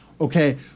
okay